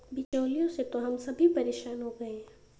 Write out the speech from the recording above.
बिचौलियों से तो हम सभी परेशान हो गए हैं